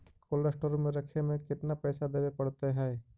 Cold store में रखे में केतना पैसा देवे पड़तै है?